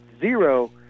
zero